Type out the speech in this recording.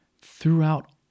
throughout